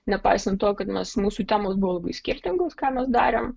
nepaisant to kad mes mūsų temos buvo labai skirtingos ką mes darėm